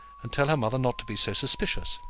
and tell her mother not to be so suspicious.